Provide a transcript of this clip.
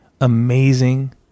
amazing